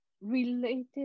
Related